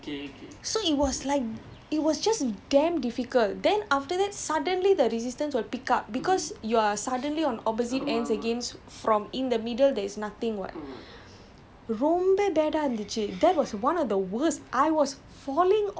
so it is it is very weird and so many of us keep tripping so it was like it was just damn difficult then after that suddenly the resistance will pick up because you are suddenly on opposite ends against from in the middle there's nothing what